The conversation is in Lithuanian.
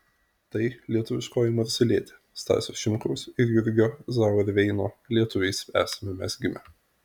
tai lietuviškoji marselietė stasio šimkaus ir jurgio zauerveino lietuviais esame mes gimę